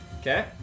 Okay